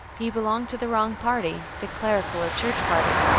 he belonged to the wrong party, the clerical, or church party,